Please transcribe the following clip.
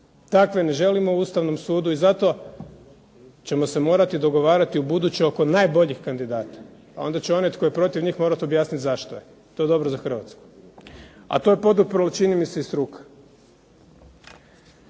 Takve ne želimo u Ustavnom sudu i zato ćemo se morati dogovarati ubuduće oko najboljih kandidata pa onda će onaj tko je protiv njih morati objasniti zašto je. To je dobro za Hrvatsku, a to je poduprla čini mi se i struka.